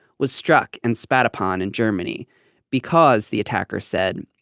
was struck and spat upon in germany because, the attacker said,